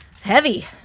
Heavy